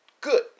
Good